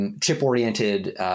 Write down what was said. chip-oriented